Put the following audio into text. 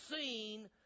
seen